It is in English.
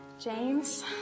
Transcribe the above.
James